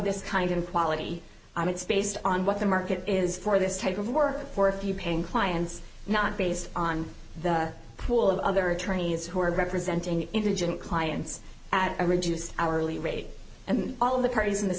this kind of quality it's based on what the market is for this type of work for a few paying clients not based on the pool of other attorneys who are representing indigent clients at a reduced hourly rate and all of the parties in this